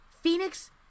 Phoenix